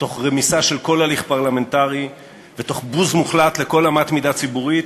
תוך רמיסה של כל הליך פרלמנטרי ותוך בוז מוחלט לכל אמת מידה ציבורית,